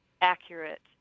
accurate